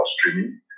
streaming